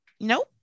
nope